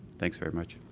thanks very much.